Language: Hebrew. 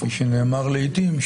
כפי שנאמר לעתים,